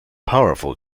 powerful